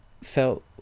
felt